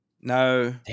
No